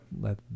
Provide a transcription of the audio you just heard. let